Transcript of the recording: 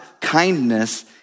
kindness